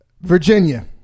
Virginia